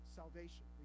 salvation